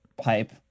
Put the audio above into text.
pipe